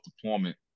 deployment